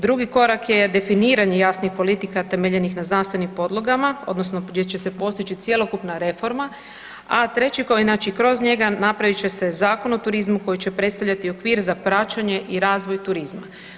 Drugi korak je definiranje jasnih politika temeljenih na znanstvenim podlogama odnosno gdje će se postići cjelokupna reforma, a treći koji, znači kroz njega napravit će se zakon o turizmu koji će predstavljati okvir za praćenje i razvoj turizma.